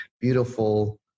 beautiful